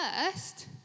First